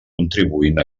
contribuint